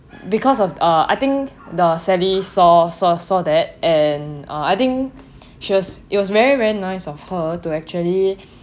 because of uh I think the sally saw saw saw that and uh I think she was it was very very nice of her to actually